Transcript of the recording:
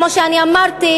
כמו שאני אמרתי,